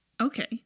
Okay